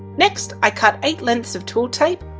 next, i cut eight lengths of twill tape,